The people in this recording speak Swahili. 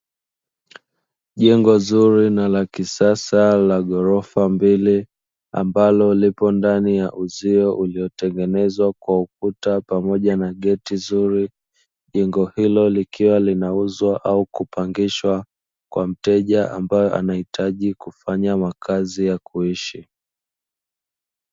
Jengo zuri na la kisasa la ghorofa mbili ambalo lipo ndani ya uzio uliotengenezwa kwa ukuta pamoja na geti zuri, jengo hilo likiwa linauzwa au kupangishwa kwa mteja ambaye anahitaji kufanya makazi ya kuishi.